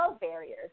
barriers